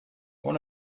one